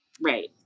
Right